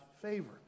favor